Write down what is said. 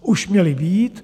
Už měly být.